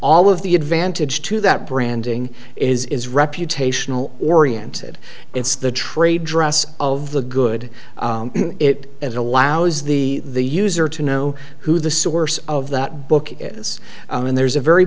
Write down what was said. all of the advantage to that branding is reputational oriented it's the trade dress of the good it allows the the user to know who the source of that book is and there's a very